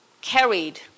carried